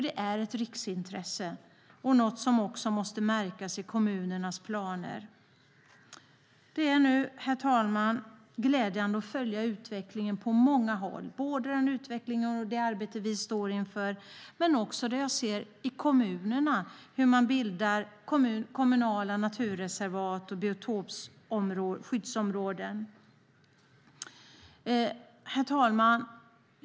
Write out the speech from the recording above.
Det är ett riksintresse och måste märkas i kommunernas planer. Det är därför glädjande att följa utvecklingen på många håll, både vad gäller det arbete vi står inför och det som händer ute i kommunerna där man bildar kommunala naturreservat och biotopskyddsområden.